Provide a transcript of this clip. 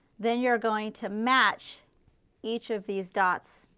then you are going to match each of these dots,